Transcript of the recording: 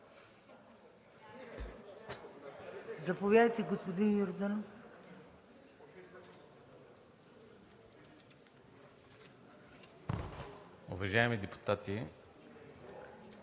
Заповядайте, господин Йорданов.